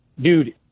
dude